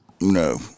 No